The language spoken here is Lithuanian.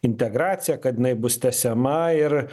integracija kad jinai bus tęsiama ir